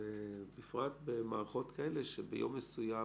בפרט במערכות כאלה שביום מסוים